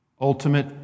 ultimate